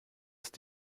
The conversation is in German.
ist